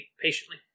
patiently